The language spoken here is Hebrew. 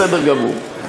בסדר גמור.